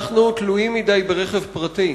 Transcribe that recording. אנחנו תלויים מדי ברכב פרטי,